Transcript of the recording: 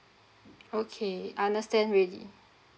okay understand already